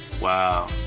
Wow